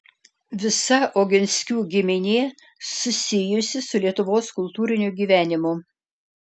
visa oginskių giminė susijusi su lietuvos kultūriniu gyvenimu